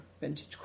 vintage